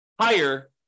higher